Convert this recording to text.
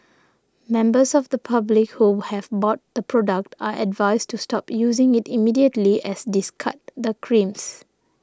members of the public who have bought the product are advised to stop using it immediately as discard the creams